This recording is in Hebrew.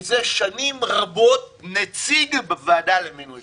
זה שנים רבות נציג בוועדה למינוי שופטים.